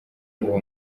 uwo